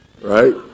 right